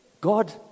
God